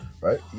right